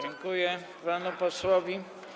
Dziękuję panu posłowi.